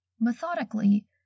Methodically